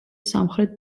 სამხრეთ